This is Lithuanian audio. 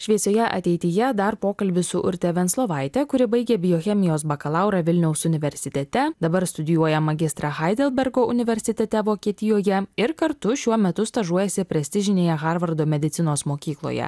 šviesioje ateityje dar pokalbis su urte venclovaite kuri baigė biochemijos bakalaurą vilniaus universitete dabar studijuoja magistrą heidelbergo universitete vokietijoje ir kartu šiuo metu stažuojasi prestižinėje harvardo medicinos mokykloje